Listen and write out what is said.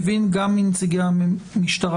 מבין גם מנציגי המשטרה,